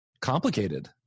complicated